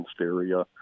area